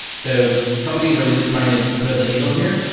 so companies are really trying to thread the needle here.